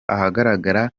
ahagaragara